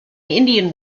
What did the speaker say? indian